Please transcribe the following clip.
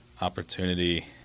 opportunity